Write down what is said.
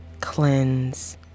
cleanse